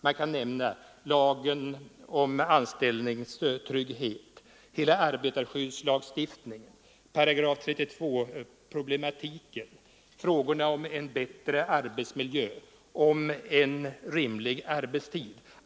Man kan nämna lagen om anställningstrygghet, arbetarskyddslagstiftningen, § 32-problematiken, frågorna om en bättre arbetsmiljö och en rimligare arbetstid.